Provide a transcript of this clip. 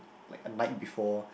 like a night before